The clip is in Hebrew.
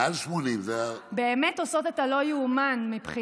מעל 80%. פחות מ-40% הן באמת עושות את הלא-ייאמן מבחינת,